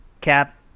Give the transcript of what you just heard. cap